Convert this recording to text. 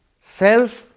self